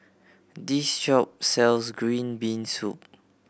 this shop sells green bean soup